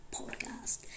podcast